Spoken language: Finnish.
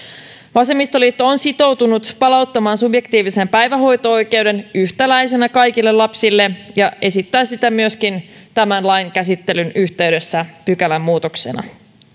vasemmistoliitto on sitoutunut palauttamaan subjektiivisen päivähoito oikeuden yhtäläisenä kaikille lapsille ja esittää sitä myöskin tämän lain käsittelyn yhteydessä pykälämuutoksena